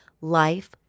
Life